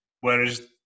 Whereas